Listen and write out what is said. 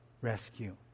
rescue